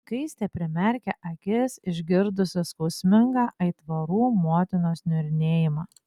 skaistė primerkė akis išgirdusi skausmingą aitvarų motinos niurnėjimą